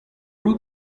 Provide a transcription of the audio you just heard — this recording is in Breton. out